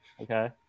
Okay